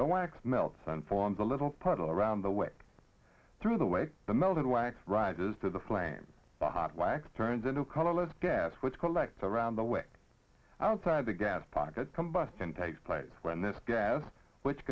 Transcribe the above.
smelt sun forms a little puddle around the way through the way the melted wax rises to the flame the hot wax turns into colorless gas which collects around the way outside the gas packet combustion takes place when this gas which